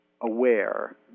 aware